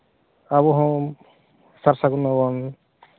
ᱟᱵᱚᱦᱚᱸ ᱥᱟᱨᱼᱥᱟᱹᱜᱩᱱ ᱟᱵᱚᱱ